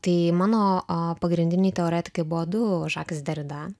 tai mano pagrindiniai teoretikai buvo du žakas derida